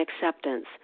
acceptance